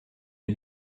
est